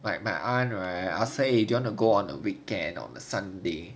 my my aunt right ah fei do you want to go on a weekend on a sunday